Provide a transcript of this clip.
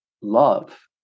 love